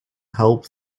help